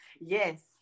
yes